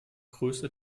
größte